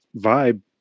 vibe